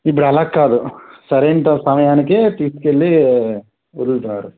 ఇప్పుడు అలా కాదు సరైన సమయానికి తీసుకు వెళ్ళి వదులుతున్నాడు